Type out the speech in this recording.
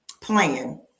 plan